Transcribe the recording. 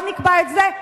לא נקבע את זה?